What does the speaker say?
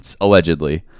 allegedly